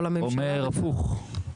תודה רבה.